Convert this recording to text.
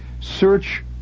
search